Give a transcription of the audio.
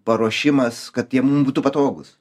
paruošimas kad jie mum būtų patogūs